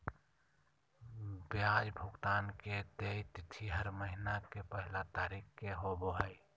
ब्याज भुगतान के देय तिथि हर महीना के पहला तारीख़ के होबो हइ